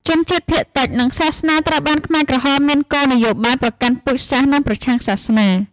ជនជាតិភាគតិច និងសាសនាត្រូវបានខ្មែរក្រហមមានគោលនយោបាយប្រកាន់ពូជសាសន៍ និងប្រឆាំងសាសនា។